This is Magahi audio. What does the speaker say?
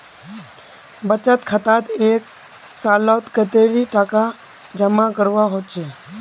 बचत खातात एक सालोत कतेरी टका जमा करवा होचए?